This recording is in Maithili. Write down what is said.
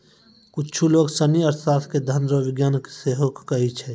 कुच्छु लोग सनी अर्थशास्त्र के धन रो विज्ञान सेहो कहै छै